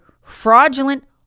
fraudulent